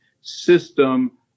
system